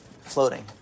floating